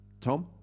Tom